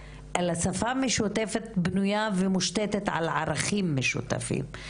אלא שפה משותפת בנויה ומושתת על ערכים משותפים,